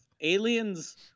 aliens